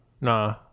Nah